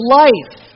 life